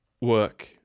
work